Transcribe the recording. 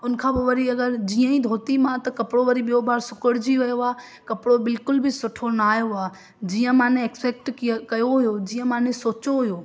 उन खां पोइ वरी अगरि जीअं ई धोती मां त कपिड़ो वरी ॿियो बार सुकड़िजी वियो आहे कपिड़ो बिल्कुल बि सुठो न आहियो आहे जीअं मां एक्सपेक्ट कि कयो हुओ जीअं मां सोचियो हुओ